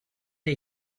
did